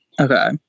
Okay